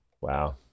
Wow